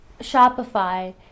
Shopify